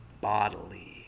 bodily